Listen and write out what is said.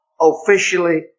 officially